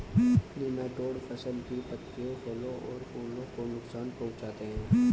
nematode फसल की पत्तियों फलों और फूलों को नुकसान पहुंचाते हैं